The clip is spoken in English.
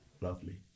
Lovely